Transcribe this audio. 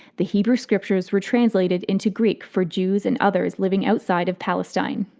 the hebrew scriptures were translated into greek for jews and others living outside of palestine.